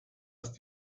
ist